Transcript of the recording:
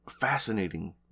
fascinating